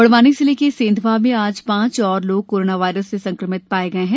बड़वानी जिले के सेंधवा में आज पांच और लोग कोरोना वायरस से संक्रमित पाए गए हैं